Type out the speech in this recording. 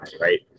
right